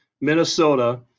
Minnesota